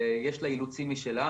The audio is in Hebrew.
יש לה אילוצים משלה.